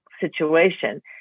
situation